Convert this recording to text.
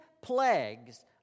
plagues